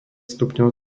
stupňov